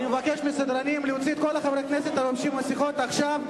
אני מבקש מהסדרנים להוציא את כל חברי הכנסת הלובשים מסכות עכשיו.